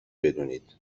بدونید